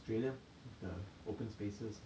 field with the open spaces